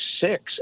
six